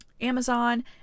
Amazon